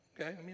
Okay